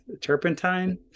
turpentine